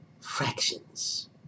fractions